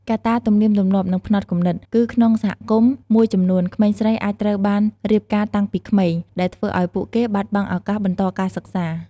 កត្តាទំនៀមទម្លាប់ និងផ្នត់គំនិត គឺក្នុងសហគមន៍មួយចំនួន ក្មេងស្រីអាចត្រូវបានរៀបការតាំងពីក្មេង ដែលធ្វើឲ្យពួកគេបាត់បង់ឱកាសបន្តការសិក្សា។